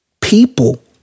People